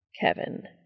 Kevin